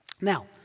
Now